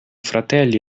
fratelli